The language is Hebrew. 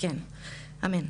אמן.